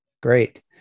Great